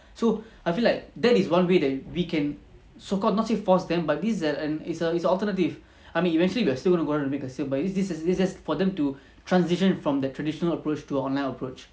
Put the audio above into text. so I feel like that is one way that we can so called not say force them but this an and it's a alternative I mean eventually we are still going down to make a sale but this is this is for them to transition from the traditional approach to a online approach